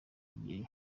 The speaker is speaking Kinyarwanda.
ebyiri